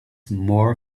more